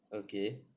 okay